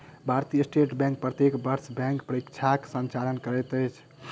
भारतीय state bank प्रत्येक वर्ष बैंक परीक्षाक संचालन करैत अछि